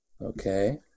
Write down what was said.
Okay